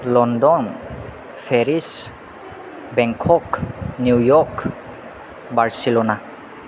London Paris Bangkok New York Barcelona